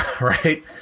right